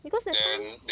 because that time